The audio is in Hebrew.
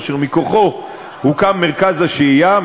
אשר מכוחו הוקם מרכז השהייה,